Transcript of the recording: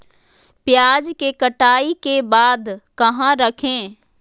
प्याज के कटाई के बाद कहा रखें?